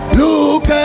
look